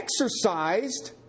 exercised